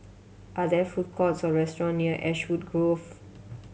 are there food courts or restaurant near Ashwood Grove